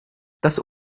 das